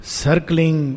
circling